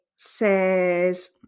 says